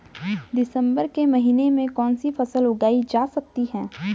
दिसम्बर के महीने में कौन सी फसल उगाई जा सकती है?